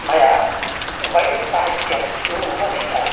मया वैदिकसाहित्यं नूनमधीतं